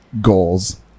goals